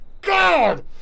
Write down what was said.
God